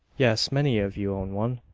yes, many of you own one.